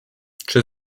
czy